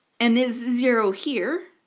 and this zero here,